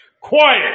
Quiet